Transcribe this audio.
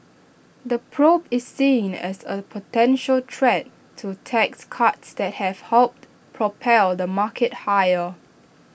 the probe is seen as A potential threat to tax cuts that have helped propel the market higher